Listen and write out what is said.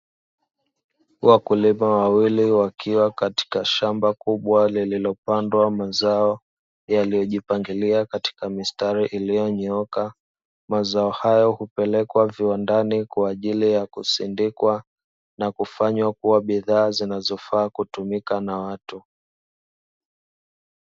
Wakulima wawili wakiwa katika shamba kubwa lililopandwa mazao yaliyojipangilia katika mistari iliyonyooka. Mazao hayo hupelekwa viwandani kwa ajili ya kusindikwa na kufanywa kuwa bidhaa zinazofaa kutumika na watu.